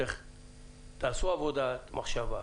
תעשו עבודה ותחשבו.